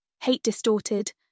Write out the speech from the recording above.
hate-distorted